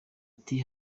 ati